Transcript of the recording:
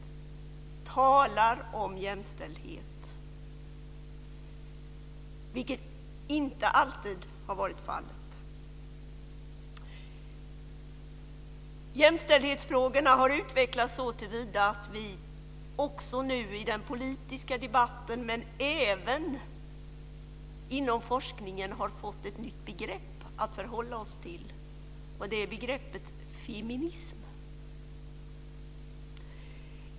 De talar om jämställdhet, vilket inte alltid har varit fallet. Jämställdhetsfrågorna har utvecklats såtillvida att vi nu också i den politiska debatten liksom även inom forskningen har fått ett nytt begrepp att förhålla oss till, nämligen till begreppet feminism.